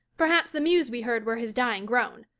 perhaps the mews we heard were his dying groan.